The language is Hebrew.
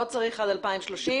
לא צריך עד 2030,